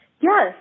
Yes